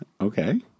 Okay